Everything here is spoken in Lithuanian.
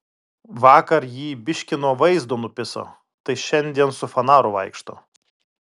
vakar jį biškį nuo vaizdo nupiso tai šiandien su fanaru vaikšto